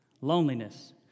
Loneliness